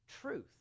truth